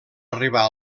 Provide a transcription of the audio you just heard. arribar